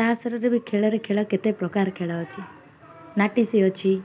ତାସରେ ବି ଖେଳରେ ଖେଳ କେତେ ପ୍ରକାର ଖେଳ ଅଛି ନାଟିଶି ଅଛି